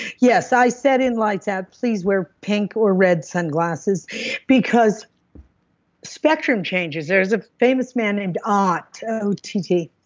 yes, i said in lights out please wear pink or red sunglasses because spectrum changes, there is a famous man named ott, o t t,